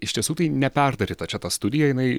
iš tiesų tai neperdaryta čia ta studija jinai